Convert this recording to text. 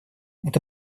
это